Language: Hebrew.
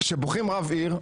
כשבוחרים רב עיר,